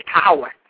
power